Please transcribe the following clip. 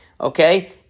Okay